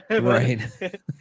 Right